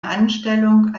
anstellung